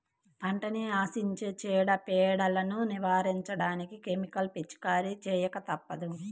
పంటని ఆశించే చీడ, పీడలను నివారించడానికి కెమికల్స్ పిచికారీ చేయక తప్పదు